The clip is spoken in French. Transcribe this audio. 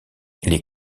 les